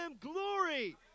glory